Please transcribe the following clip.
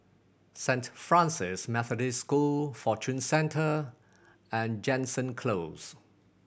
Saint Francis Methodist School Fortune Centre and Jansen Close